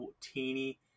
teeny